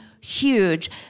huge